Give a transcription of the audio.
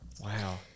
Wow